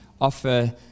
offer